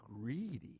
greedy